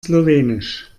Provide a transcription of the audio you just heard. slowenisch